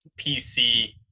PC